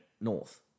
north